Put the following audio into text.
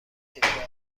کشورهای